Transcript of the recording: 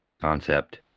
concept